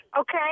okay